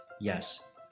yes